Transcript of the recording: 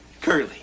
Curly